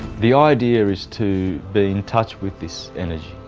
the idea is to be in touch with this energy,